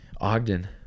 Ogden